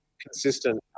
consistent